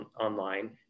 online